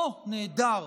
אוה, נהדר.